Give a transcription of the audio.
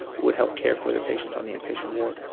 would help care for the patients on the inpatient ward.